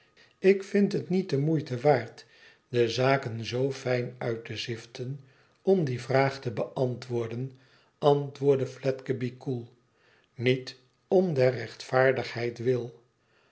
ik vind het niet de moeite waard de zaken zoo fijn uit te ziften om die vraag te beantwoorden antwoordde fledgeby koel niet om der rechtvaardigheid wil